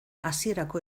hasierako